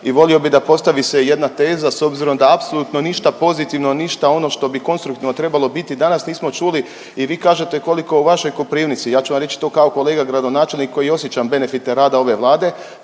i voli bi da postavi se jedna teza s obzirom da apsolutno ništa pozitivno, ništa ono što bi konstruktivno trebalo biti danas nismo čuli i vi kažete koliko u vašoj Koprivnici, ja ću vam reći to kao kolega gradonačelnik koji osjećam benefite rada ove Vlade,